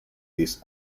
this